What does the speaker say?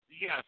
yes